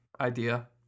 idea